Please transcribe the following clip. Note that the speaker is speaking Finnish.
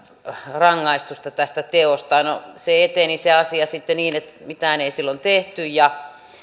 rangaistusta tästä teosta no se asia eteni sitten niin että mitään ei silloin tehty ja